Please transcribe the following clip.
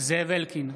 זאב אלקין,